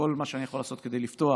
כל מה שאני יכול לעשות כדי לפתוח,